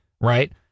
right